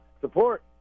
support